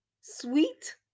sweet